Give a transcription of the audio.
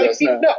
No